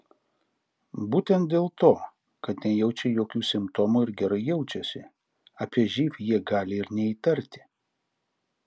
būtent dėl to kad nejaučia jokių simptomų ir gerai jaučiasi apie živ jie gali ir neįtarti